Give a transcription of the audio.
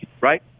right